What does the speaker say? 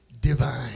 divine